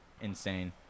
insane